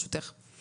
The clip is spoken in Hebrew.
להשתתף בדיון.